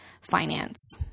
finance